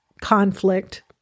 conflict